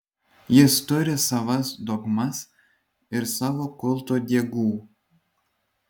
jis turi savas dogmas ir savo kulto diegų